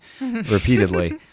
repeatedly